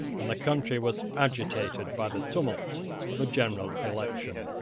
and the country was agitated by the tumult of a general election.